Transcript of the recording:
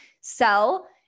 sell